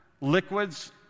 liquids